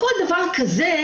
כל דבר כזה,